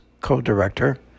co-director